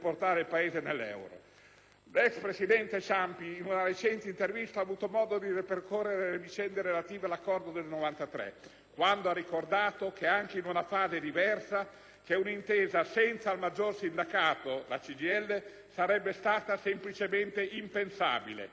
L'ex presidente Ciampi, in una recente intervista, ha avuto modo di ripercorrere le vicende relative all'accordo del 1993, quando ha ricordato, che anche se in una fase diversa, un'intesa senza il maggiore sindacato, la CGIL, sarebbe stata semplicemente impensabile: «Ai miei tempi io»